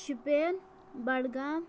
Shopian Budgam